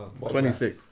26